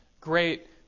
great